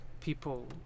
people